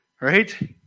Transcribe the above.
right